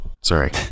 Sorry